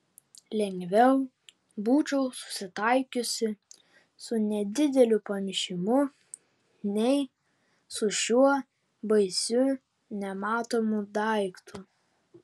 lengviau būčiau susitaikiusi su nedideliu pamišimu nei su šiuo baisiu nematomu daiktu